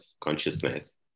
consciousness